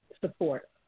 support